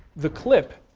the clip,